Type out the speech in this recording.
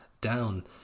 down